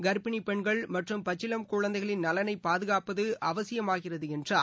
கள்ப்பிணி பெண்கள் மற்றும் பச்சிளம் குழந்தைகளின் நலனை பாதுகாப்பது அவசியமாகிறது என்றார்